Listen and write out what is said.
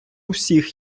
всіх